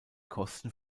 kosten